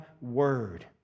Word